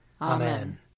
Amen